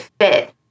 fit